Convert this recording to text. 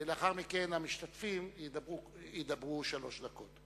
ולאחר מכן המשתתפים ידברו שלוש דקות.